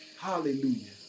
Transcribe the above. Hallelujah